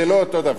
זה לא אותו דבר.